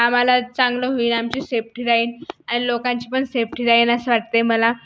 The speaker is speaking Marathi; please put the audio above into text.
आम्हाला चांगलं होईल आमची सेफ्टी राहील आणि लोकांची पण सेफ्टी राहील असं वाटतंय मला